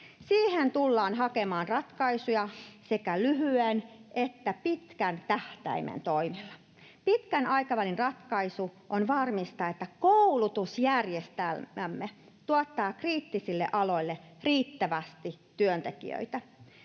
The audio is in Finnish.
Siihen tullaan hakemaan ratkaisuja sekä lyhyen että pitkän tähtäimen toimilla. Pitkän aikavälin ratkaisu on varmistaa, että koulutusjärjestelmämme tuottaa kriittisille aloille riittävästi työntekijöitä.